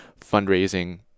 fundraising